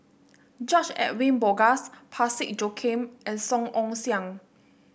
George Edwin Bogaars Parsick Joaquim and Song Ong Siang